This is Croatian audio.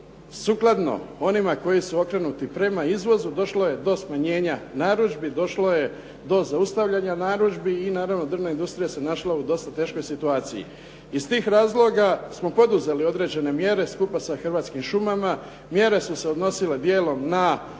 i sukladno onima koji su okrenuti prema izvozu došlo je do smanjenja narudžbi, došlo je do zaustavljanja narudžbi i naravno drvna industrija se našla u dosta teškoj situaciji. Iz tih razloga smo poduzeli određene mjere skupa sa Hrvatskim šumama, mjere su se odnosile djelom na 2008.